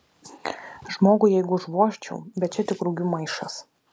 žmogui jeigu užvožčiau bet čia tik rugių maišas